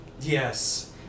Yes